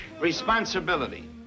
Responsibility